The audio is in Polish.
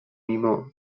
mimo